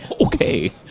Okay